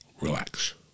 relax